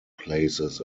places